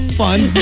fun